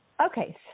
Okay